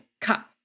cup